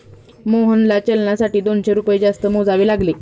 मोहनला चलनासाठी दोनशे रुपये जास्त मोजावे लागले